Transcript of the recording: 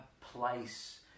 place